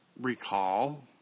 recall